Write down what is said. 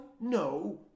No